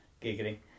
Giggling